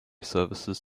services